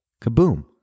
Kaboom